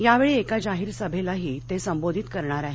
यावेळी एका जाहीर सभेलाही ते संबोधित करणार आहेत